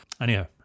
Anyhow